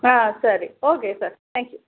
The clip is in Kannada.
ಹಾಂ ಸರಿ ಓಕೆ ಸರ್ ಥ್ಯಾಂಕ್ ಯು